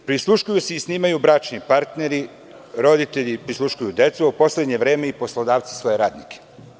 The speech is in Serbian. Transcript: Prisluškuju se i snimaju bračni partneri, roditelji prisluškuju decu, a u poslednje vreme i poslodavci svoje radnike.